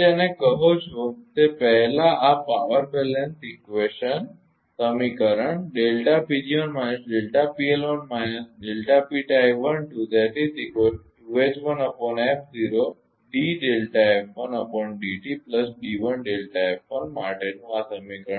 તમે જેને કહો છો તે પહેલાં આ પાવર બેલેન્સ સમીકરણ માટેનું આ સમીકરણ